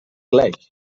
lake